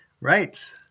Right